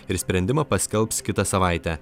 ir sprendimą paskelbs kitą savaitę